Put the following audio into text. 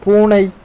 பூனை